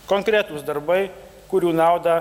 konkretūs darbai kurių naudą